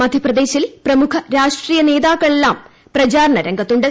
മധ്യപ്രദേശിൽ പ്രമുഖ രാഷ്ട്രീയ നേതാക്കളും പ്രചരണരംഗത്തുണ്ട്